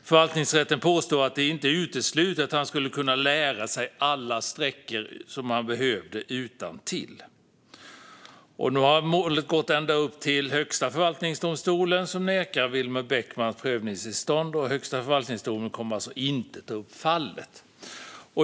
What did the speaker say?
Förvaltningsrätten påstår att det inte är uteslutet att han skulle kunna lära sig alla sträckor som han behöver utantill. Nu har målet gått ända upp till Högsta förvaltningsdomstolen, som nekar Vilmer Bäckman prövningstillstånd. Högsta förvaltningsdomstolen kommer alltså inte att ta upp fallet.